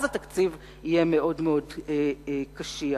אז התקציב יהיה לפתע מאוד-מאוד קשיח.